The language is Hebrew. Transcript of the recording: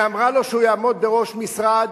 שאמרה לו שהוא יעמוד בראש משרד,